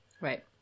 Right